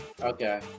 Okay